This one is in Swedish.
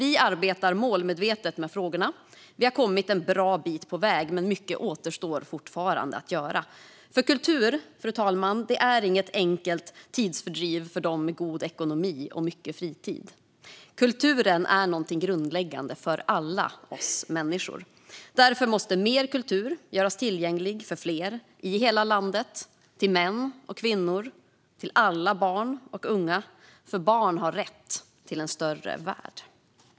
Vi arbetar målmedvetet med frågorna. Vi har kommit en bra bit på väg, men mycket återstår fortfarande att göra. Kultur, fru talman, är inget enkelt tidsfördriv för dem med god ekonomi och mycket fritid. Kulturen är någonting grundläggande för alla oss människor. Därför måste mer kultur göras tillgänglig för fler i hela landet, för män och kvinnor och för alla barn och unga, för barn har rätt till en större värld.